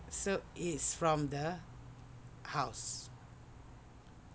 so it's from the house